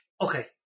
okay